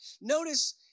Notice